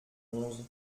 onze